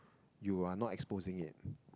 you are not exposing it